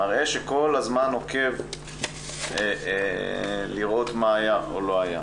שמציג מה היה או לא היה.